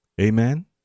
Amen